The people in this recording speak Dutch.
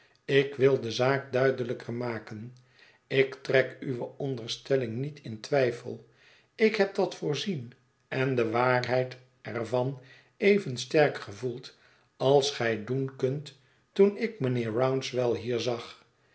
ik wil de zaak duidelijker maken ik trek uwe onderstelling niet in twijfel ik heb dat voorzien en de waarheid er van even sterk gevoeld als gij doen kunt toen ik mijnheer rouncewell hier zag